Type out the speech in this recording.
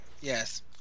yes